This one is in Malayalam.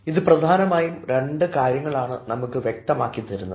ഇത് പ്രധാനമായും രണ്ട് കാര്യങ്ങളാണ് നമുക്ക് വ്യക്തമാക്കി തരുന്നത്